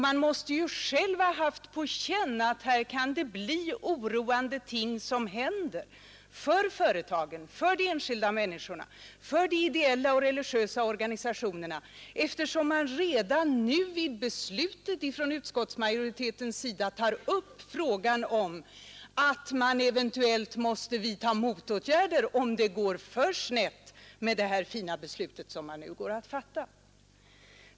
Man måste själv ha haft på känn att det här kan hända oroande ting för företagen, för de enskilda människorna och för de ideella och religiösa organisationerna, eftersom utskottsmajoriteten redan nu tar upp frågan om eventuella motåtgärder, om det går alltför snett med det fina beslut som vi nu skall fatta.